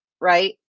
right